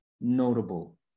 notable